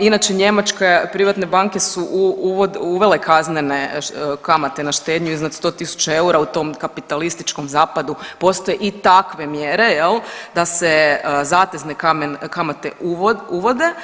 Inače njemačke privatne banke su uvele kaznene kamate na štednju iznad 100.000 eura u tom kapitalističkom zapadu postoje i takve mjere jel, da se zatezne kamate uvode.